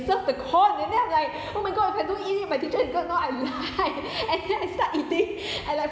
serve the corn and then I'm like oh my god if I don't eat it my teacher is gonna know I lied and then I start eating I like